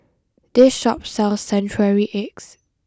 this shop sells century eggs